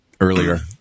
earlier